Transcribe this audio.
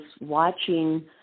watching